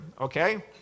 okay